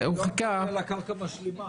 אבל היא לא ענתה לי על הקרקע המשלימה,